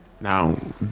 Now